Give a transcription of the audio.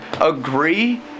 agree